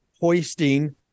hoisting